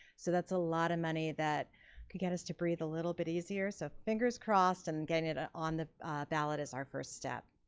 so that's a lot of money that could get us to breathe a little bit easier. so fingers crossed, and getting it ah on the ballot is our first step.